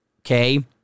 Okay